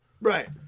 Right